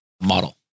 model